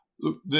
look